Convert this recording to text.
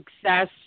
success